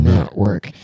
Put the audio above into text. Network